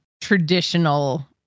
traditional